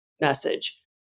message